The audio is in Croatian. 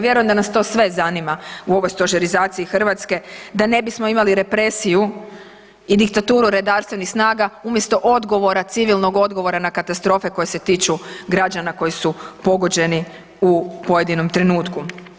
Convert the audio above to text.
Vjerujem da nas to sve zanima u ovoj stožerizaciji Hrvatske da ne bismo imali represiju i diktaturu redarstvenih snaga umjesto odgovora civilnog odgovora na katastrofe koje se tiču građana koji su pogođeni u pojedinom trenutku.